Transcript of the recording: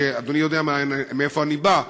אדוני יודע מאיפה אני בא,